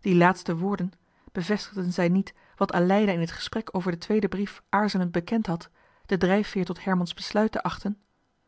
die laatste woorden bevestigden zij niet wat aleida in het gesprek over den tweeden brief aarzelend bekend had de drijfveer tot herman's besluit te achten